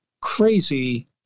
crazy